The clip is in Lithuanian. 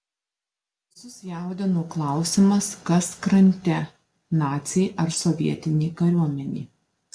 visus jaudino klausimas kas krante naciai ar sovietinė kariuomenė